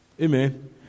Amen